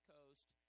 Coast